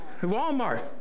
Walmart